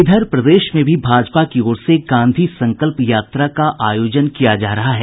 इधर प्रदेश में भी भाजपा की ओर से गांधी संकल्प यात्रा का आयोजन किया जा रहा है